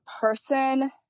person